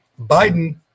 Biden